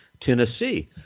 Tennessee